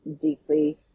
deeply